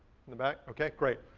in the back, okay, great.